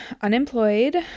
unemployed